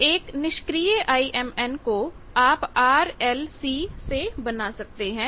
तो एक निष्क्रिय IMNको आप R L C से बना सकते हैं